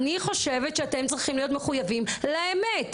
אני חושבת שאתם צריכים להיות מחויבים לאמת.